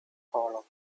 hollow